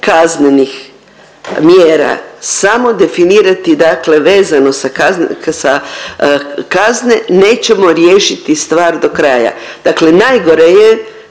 kaznenih mjera, samo definirati dakle vezano za kazne nećemo riješiti stvar do kraja. Dakle, najgore je